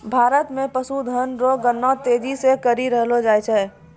भारत मे पशुधन रो गणना तेजी से करी रहलो जाय छै